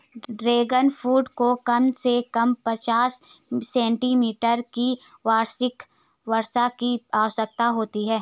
dragon fruit को कम से कम पचास सेंटीमीटर की वार्षिक वर्षा की आवश्यकता होती है